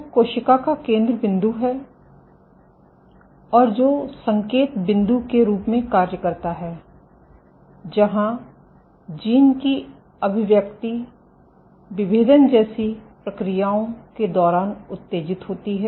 जो कोशिका का केंद्र बिंदु है और जो संकेत बिंदु के रूप में कार्य करता है जहाँ जीन की अभिव्यक्ति विभेदन जैसी प्रक्रियाओं के दौरान उत्तेजित होती है